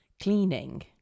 cleaning